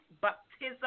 baptism